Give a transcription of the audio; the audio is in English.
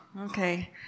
Okay